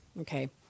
okay